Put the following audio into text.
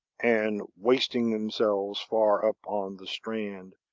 and wasting themselves far up on the strand,